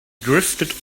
drifted